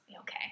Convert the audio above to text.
Okay